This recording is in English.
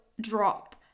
drop